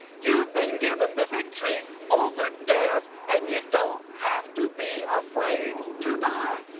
you've been given the victory over death and you don't have to be afraid to die.